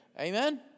Amen